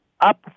up